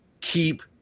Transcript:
keep